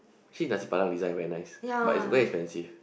see Nasi-Padang design very nice but it's very expensive